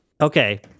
okay